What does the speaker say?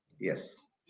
Yes